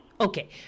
Okay